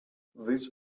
these